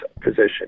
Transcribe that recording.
position